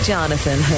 Jonathan